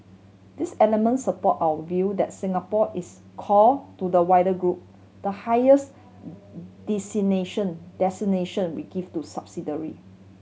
these elements support our view that Singapore is core to the wider group the highest designation we give to subsidiary